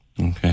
Okay